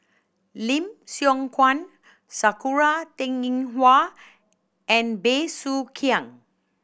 Lim Siong Guan Sakura Teng Ying Hua and Bey Soo Khiang